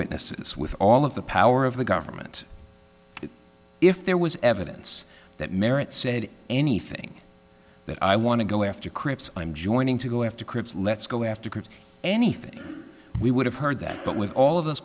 witnesses with all of the power of the government if there was evidence that merritt said anything that i want to go after crips i'm joining to go after crips let's go after groups anything we would have heard that but with all of